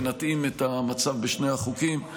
ונתאים את המצב בשני החוקים.